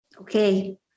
Okay